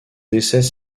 décès